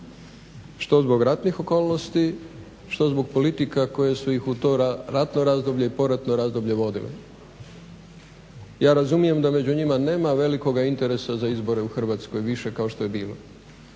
što zbog ratnih okolnosti što zbog politika koje su ih u to ratno razdoblje i poratno razdoblje vodili. Ja razumijem da među njima nema velikoga interesa za izbore u Hrvatskoj više kao što je bilo